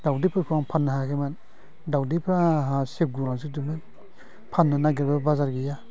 दाउदैफोरखौ आं फाननो हायाखैमोन दाउदैफ्रा आंहा सेवगुलांजोबदोंमोन फाननो नागिरब्ला बाजार गैया